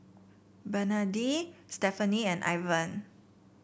Bernadine Stephenie and Ivan